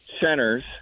centers